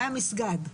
במסגד.